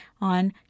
on